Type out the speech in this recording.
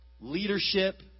leadership